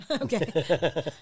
Okay